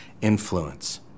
influence